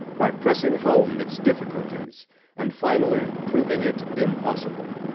by pressing home its difficulties and finally proving it impossible.